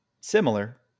Similar